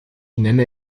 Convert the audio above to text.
nenne